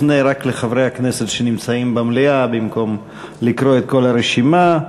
אני אפנה רק לחברי הכנסת שנמצאים במליאה במקום לקרוא את כל הרשימה.